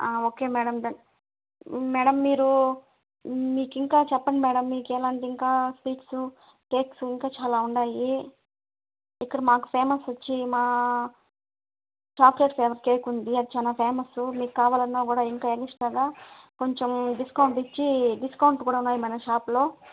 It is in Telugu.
ఓకే మేడం డన్ మేడం మీరు మీకు ఇంకా చెప్పండి మేడం మీకు ఎలాంటి ఇంకా స్వీట్సు కేక్సు ఇంకా చాలా ఉండాయి ఇక్కడ మాకు ఫేమస్ వచ్చి మా చాక్లేట్ ఫ్లేవర్ కేక్ ఉంది అది చాలా ఫేమస్సు మీకు కావాలన్నా కూడా ఇంకా ఎక్స్ట్రాగా కొంచెం డిస్కౌంట్ ఇచ్చి డిస్కౌంట్ కూడా ఉన్నాయి మేడం షాప్లో